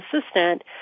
assistant